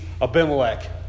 Abimelech